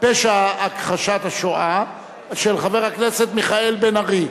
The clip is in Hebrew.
פושע הכחשת השואה), של חבר הכנסת מיכאל בן-ארי.